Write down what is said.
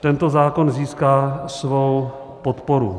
tento zákon získá svou podporu.